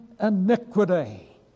iniquity